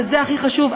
וזה הכי חשוב,